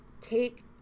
take